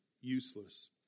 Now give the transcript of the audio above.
useless